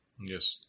Yes